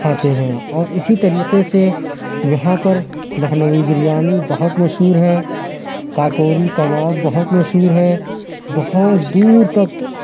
کھاتے ہیں اور اسی طریقے سے یہاں پر لکھنوی بریانی بہت مشہور ہے کاکوری کباب بہت مشہور ہے بہت دور تک